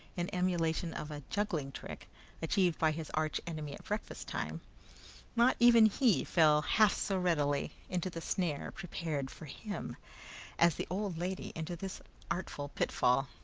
in emulation of a juggling trick achieved by his arch enemy at breakfast-time not even he fell half so readily into the snare prepared for him as the old lady into this artful pitfall.